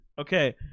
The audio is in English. Okay